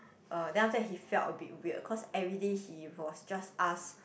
um then after that he felt a bit weird cause everyday he was just asked